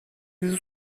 dizi